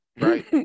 right